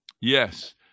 Yes